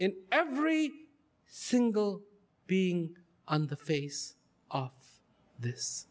in every single being on the face of this